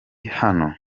hano